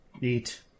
Neat